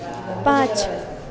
पाँच